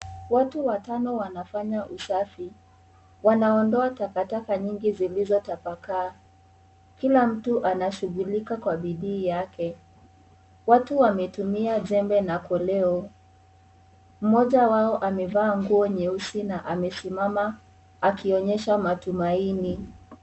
Watu watano wanafanya usafi. Wanaondoa takataka nyingi zilizotabakaa. Kila mtu anashughulika kwa bidii yake. Watu wametumia jembe na koleo. Mmoja wao amevaa nguo nyeusi na amesimama akionyesha matumaini.